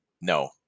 no